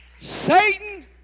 Satan